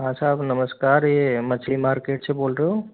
हाँ साहब नमस्कार ये मछली मार्केट से बोल रहे हो